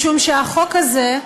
משום שהחוק הזה,